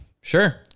sure